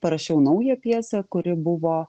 parašiau naują pjesę kuri buvo